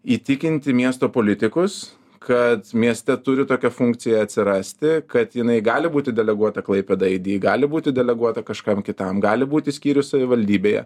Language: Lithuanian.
įtikinti miesto politikus kad mieste turi tokią funkciją atsirasti kad jinai gali būti deleguota klaipėdai aidi gali būti deleguota kažkam kitam gali būti skyrius savivaldybėje